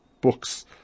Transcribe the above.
books